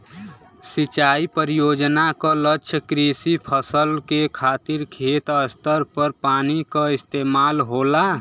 सिंचाई परियोजना क लक्ष्य कृषि फसल के खातिर खेत स्तर पर पानी क इस्तेमाल होला